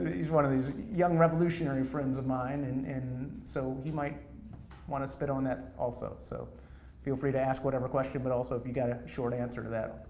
he's one of these young revolutionary friends of mine, and so he might wanna spit on that also. so feel free to ask whatever question, but also, if you've got a short answer to that.